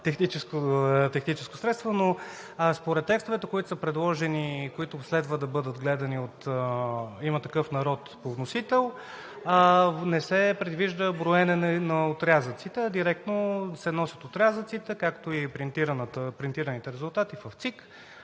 техническо средство, но според текстовете, които са предложени и които следва да бъдат гледани от „Има такъв народ“ по вносител, не се предвижда броене на отрязъците, а директно се носят отрязъците, както и принтираните резултати в ЦИК.